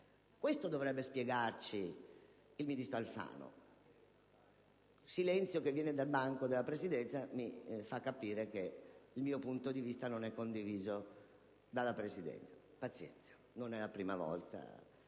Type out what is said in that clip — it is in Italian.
Questo dovrebbe spiegarci il ministro Alfano. Il silenzio che viene dal banco della Presidenza mi fa capire che il mio punto di vista non è da questa condiviso: pazienza, non è la prima volta.